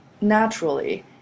naturally